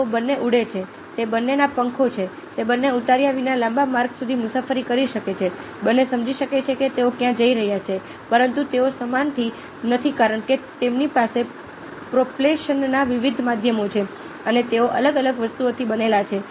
તેઓ બંને ઉડે છે તે બંનેને પાંખો છે તે બંને ઉતર્યા વિના લાંબા માર્ગ સુધી મુસાફરી કરી શકે છે બંને સમજી શકે છે કે તેઓ ક્યાં જઈ રહ્યા છે પરંતુ તેઓ સમાન નથી કારણ કે તેમની પાસે પ્રોપલ્શનના વિવિધ માધ્યમો છે અને તેઓ અલગ અલગ વસ્તુઓથી બનેલા છે